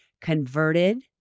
converted